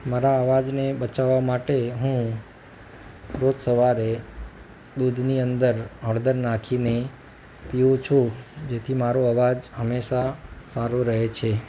મારા અવાજને બચાવવા માટે હું રોજ સવારે દૂધની અંદર હળદર નાખીને પીઉં છું જેથી મારો અવાજ હંમેશા સારો રહે છે